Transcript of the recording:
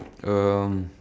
um